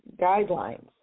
guidelines